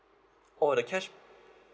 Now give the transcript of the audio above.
oh the cash